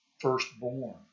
firstborn